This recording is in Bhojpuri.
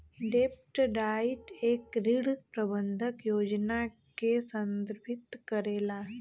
डेब्ट डाइट एक ऋण प्रबंधन योजना के संदर्भित करेला